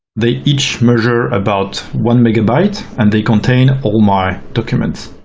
they each measure about one megabyte and they contain all my documents.